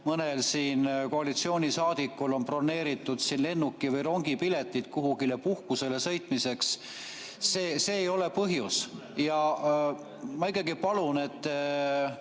mõnel koalitsioonisaadikul on broneeritud lennuki‑ või rongipiletid kuhugi puhkusele sõitmiseks. See ei ole põhjus ja ma ikkagi palun, et